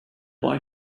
boy